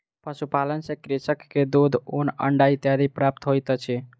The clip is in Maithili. पशुपालन सॅ कृषक के दूध, ऊन, अंडा इत्यादि प्राप्त होइत अछि